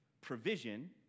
provision